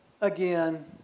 again